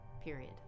period